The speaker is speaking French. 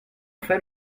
fait